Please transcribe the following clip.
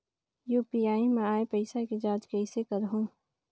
UPI मा आय पइसा के जांच कइसे करहूं?